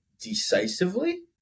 decisively